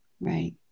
Right